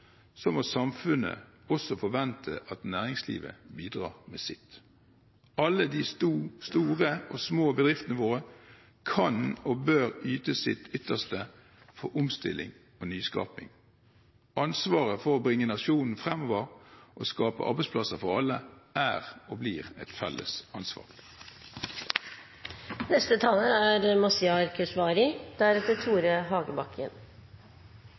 må samfunnet også forvente at næringslivet bidrar med sitt. Alle de store og små bedriftene våre kan og bør yte sitt ytterste for omstilling og nyskaping. Ansvaret for å bringe nasjonen fremover og skape arbeidsplasser for alle er og blir et felles